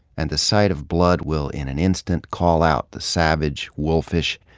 and the sight of blood will, in an instant, call out the savage, wolfish,